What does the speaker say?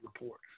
report